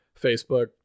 Facebook